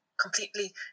completely